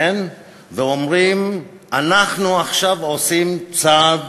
כן, ואומרים: אנחנו עכשיו עושים צעד